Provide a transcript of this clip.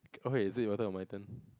okay is it your turn or my turn